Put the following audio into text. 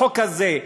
החוק הזה,